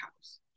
house